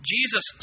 Jesus